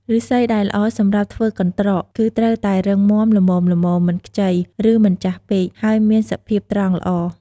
ឫស្សីដែលល្អសម្រាប់ធ្វើកន្រ្តក គឺត្រូវតែរឹងមាំ ល្មមៗ មិនខ្ចី ឬមិនចាស់ពេក ហើយមានសភាពត្រង់ល្អ។